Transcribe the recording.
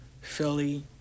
Philly